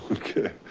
okay.